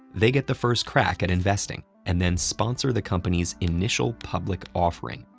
they get the first crack at investing, and then sponsor the company's initial public offering,